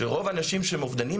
שרוב האנשים שהם אובדניים,